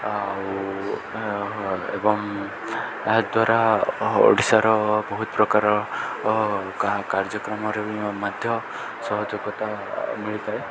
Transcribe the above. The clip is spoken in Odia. ଆଉ ଏବଂ ଏହାଦ୍ୱାରା ଓଡ଼ିଶାର ବହୁତ ପ୍ରକାର କାର୍ଯ୍ୟକ୍ରମରେ ମଧ୍ୟ ସହଯୋଗତା ମିଳିଥାଏ